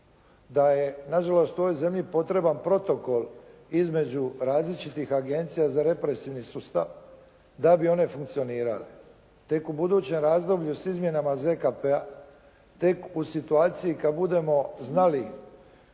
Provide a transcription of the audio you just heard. da je na žalost ovoj zemlji potreban protokol između različitih agencija za represivni sustav da bi one funkcionirale. Tek u budućem razdoblju sa izmjenama ZKP-a, tek u situaciji kada budemo znali